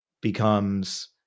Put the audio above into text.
becomes